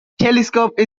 telescope